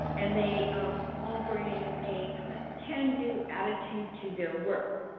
and they um all bring a kind of can-do attitude to their work.